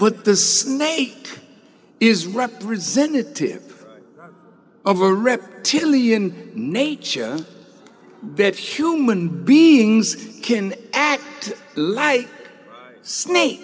put the snake is representative of a reptilian nature that human beings can act like snake